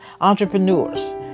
entrepreneurs